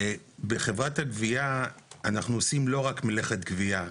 בחברת הגבייה אנחנו עושים לא רק מלאכת גבייה,